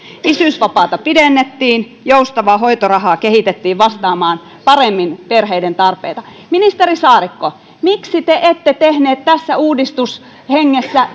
isyysvapaata pidennettiin joustavaa hoitorahaa kehitettiin vastaamaan paremmin perheiden tarpeita ministeri saarikko miksi te ette tehneet tässä uudistushengessä